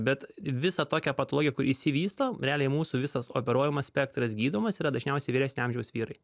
bet visą tokią patologiją kuri išsivysto realiai mūsų visas operuojamas spektras gydomas yra dažniausiai vyresnio amžiaus vyrai